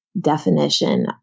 definition